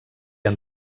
han